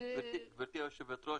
ש --- גברתי היושבת ראש,